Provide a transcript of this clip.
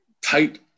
tight